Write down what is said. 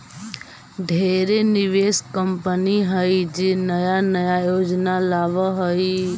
ढेरे निवेश कंपनी हइ जे नया नया योजना लावऽ हइ